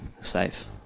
safe